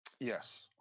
Yes